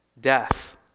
death